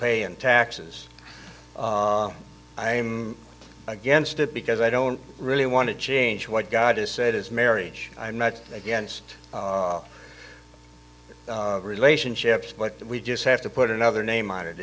and taxes i'm against it because i don't really want to change what god has said is marriage i met against relationships but we just have to put another name on it